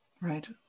right